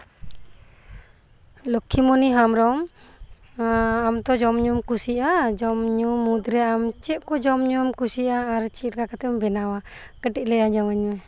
ᱞᱚᱠᱠᱷᱤᱢᱚᱱᱤ ᱦᱮᱢᱵᱽᱨᱚᱢ ᱟᱢ ᱛᱚ ᱡᱚᱢ ᱧᱩᱢ ᱠᱩᱥᱤᱭᱟᱜᱼᱟ ᱡᱚᱢ ᱧᱩ ᱢᱩᱫ ᱨᱮ ᱟᱢ ᱪᱮᱫ ᱠᱚ ᱡᱚᱢ ᱧᱩᱢ ᱠᱩᱥᱤᱭᱟᱜᱼᱟ ᱟᱨ ᱪᱮᱫ ᱞᱮᱠᱟ ᱠᱟᱛᱮᱢ ᱵᱮᱱᱟᱣᱟ ᱠᱟᱹᱴᱤᱡ ᱞᱟᱹᱭ ᱟᱸᱡᱚᱢᱟᱹᱧ ᱢᱮ